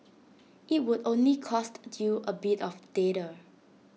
IT would only cost you A bit of data